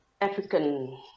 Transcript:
African